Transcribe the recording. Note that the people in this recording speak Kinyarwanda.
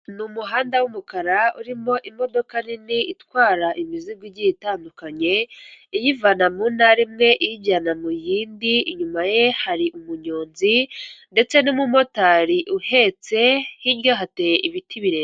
Ni umuhanda w'umukara urimo imodoka nini itwara imizigo igiye itandukanye iyivana mu ntara imwe iyijyana mu yindi, inyuma ye hari umunyonzi ndetse n'umumotari uhetse hirya hateye ibiti birebire.